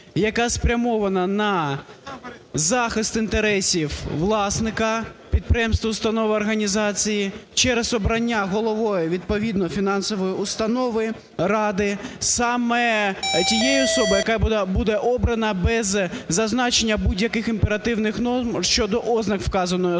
яка спрямована на захист інтересів власника підприємства, установи, організації, через обрання головою відповідно фінансової установи ради саме тієї особи, яка буде обрана без зазначення будь-яких імперативних норм щодо ознак вказаної особи.